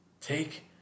Take